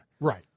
Right